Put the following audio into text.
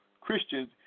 Christians